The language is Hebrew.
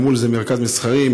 ממול זה מרכז מסחרי,